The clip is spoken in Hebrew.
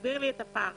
הסבר לי את הפער.